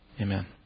Amen